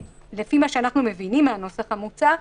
שאנחנו מבינים מן הנוסח המוצע,